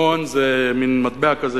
אסימון זה מין מטבע כזה,